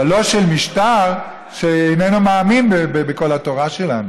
אבל לא של משטר שאיננו מאמין בכל התורה שלנו.